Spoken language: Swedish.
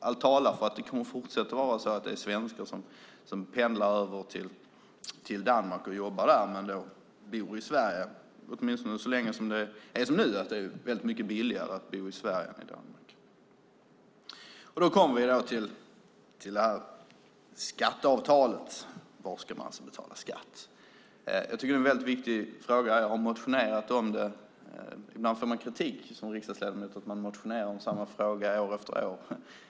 Allt talar för att det kommer att fortsätta att vara svenskar som pendlar över till Danmark och jobbar där men som bor i Sverige. Det gäller åtminstone så länge som det är som nu med att det är väldigt mycket billigare att bo i Sverige än i Danmark. Då kommer vi till skatteavtalet. Var ska man betala skatt? Det är en väldigt viktig fråga. Jag har motionerat om det. Ibland får man kritik som riksdagsledamot att man motionerar om samma fråga år efter år.